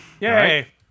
Yay